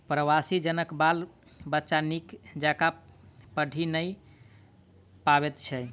प्रवासी जनक बाल बच्चा नीक जकाँ पढ़ि नै पबैत छै